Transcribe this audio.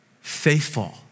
faithful